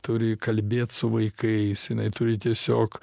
turi kalbėt su vaikais jinai turi tiesiog